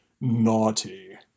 naughty